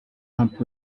après